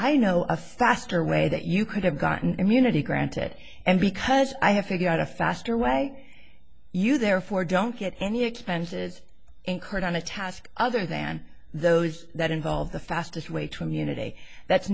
i know a faster way that you could have gotten immunity granted because i have figured out a faster way you therefore don't get any expenses incurred on a task other than those that involve the fastest way to immunity that's